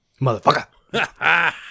Motherfucker